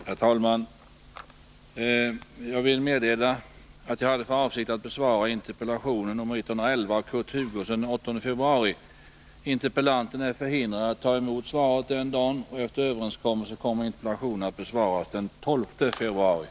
Herr talman! Jag hade för avsikt att den 15 februari besvara Lars Ulanders interpellation om åtgärder för att förhindra ökad arbetslöshet inom byggnadsindustrin. Då interpellanten den dagen är förhindrad att närvara i kammaren, avser jag att besvara interpellationen den 12 mars.